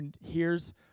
hears